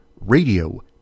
radio